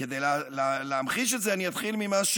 כדי להמחיש את זה אני אתחיל מהתפיסות